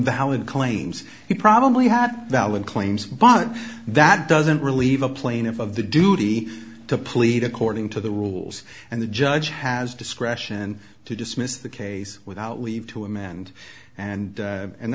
valid claims he probably had valid claims but that doesn't relieve a plaintiff of the duty to plead according to the rules and the judge has discretion to dismiss the case without leave to amend and and